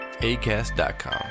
ACAST.com